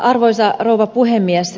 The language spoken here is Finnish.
arvoisa rouva puhemies